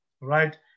right